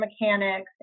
mechanics